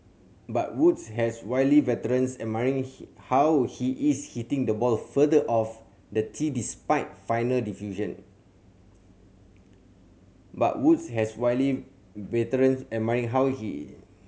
but Woods has wily veterans admiring he how he is hitting the ball further off the tee despite final but Woods has wily veterans admiring how he